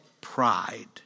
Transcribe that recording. pride